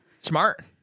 Smart